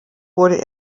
wurde